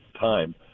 time